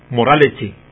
morality